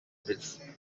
bridge